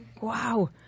Wow